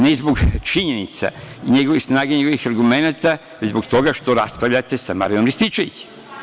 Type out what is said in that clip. Ne zbog činjenica, njegovih snaga i njegovih argumenata, već zbog toga što raspravljate sa Marijanom Rističevićem.